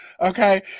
okay